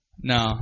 No